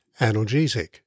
analgesic